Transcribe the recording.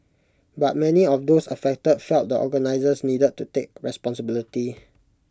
but many of those affected felt the organisers needed to take responsibility